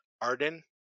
Arden